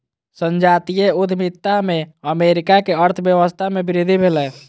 संजातीय उद्यमिता से अमेरिका के अर्थव्यवस्था में वृद्धि भेलै